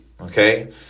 Okay